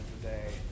today